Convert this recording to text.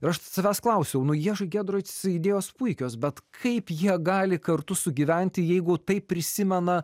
ir aš savęs klausiau nu ježi giedroic idėjos puikios bet kaip jie gali kartu sugyventi jeigu taip prisimena